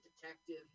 detective